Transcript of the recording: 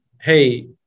hey